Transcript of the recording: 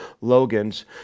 Logan's